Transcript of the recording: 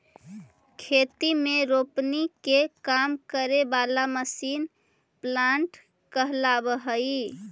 खेती में रोपनी के काम करे वाला मशीन प्लांटर कहलावऽ हई